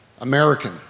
American